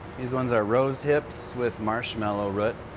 these ones are rose hips with marshmallow root.